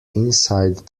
inside